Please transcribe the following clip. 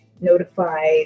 notify